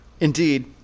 Indeed